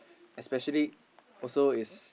especially also is